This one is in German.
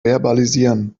verbalisieren